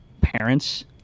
parents